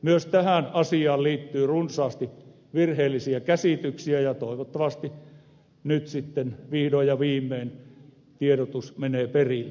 myös tähän asiaan liittyy runsaasti virheellisiä käsityksiä ja toivottavasti nyt sitten vihdoin ja viimein tiedotus menee perille